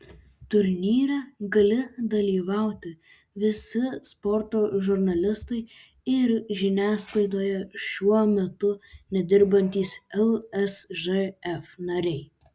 turnyre gali dalyvauti visi sporto žurnalistai ir žiniasklaidoje šiuo metu nedirbantys lsžf nariai